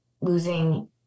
losing